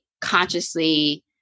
consciously